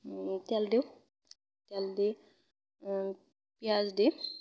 তেল দিওঁ তেল দি পিঁয়াজ দিম